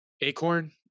acorn